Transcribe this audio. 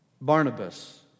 Barnabas